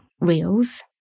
Reels